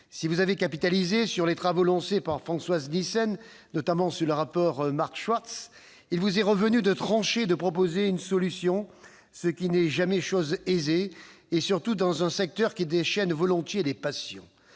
Si vous avez capitalisé sur les travaux lancés par Françoise Nyssen- notamment le rapport de Marc Schwartz -, il vous est revenu de trancher et de proposer une solution, ce qui n'est jamais chose aisée, surtout dans un secteur qui déchaîne volontiers les passions.